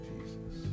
Jesus